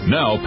Now